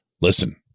listen